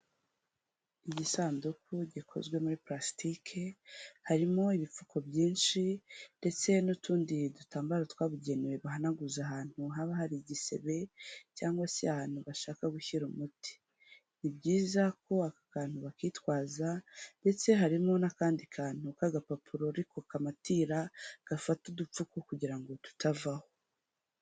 Igisanduku gikozwe muri purasitike, harimo ibipfuko byinshi ndetse n'utundi dutambaro twabugenewe bahanaguze ahantu haba hari igisebe cyangwa se ahantu bashaka gushyira umuti, ni byiza ko aka kantu bakitwaza ndetse harimo n'akandi kantu k'agapapuro ariko kamatira gafata udupfuko kugira ngo tutavaho.